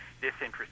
disinterest